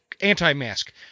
anti-mask